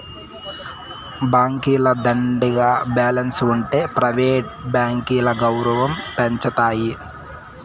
బాంకీల దండిగా బాలెన్స్ ఉంటె ప్రైవేట్ బాంకీల గౌరవం పెంచతాయి